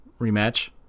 rematch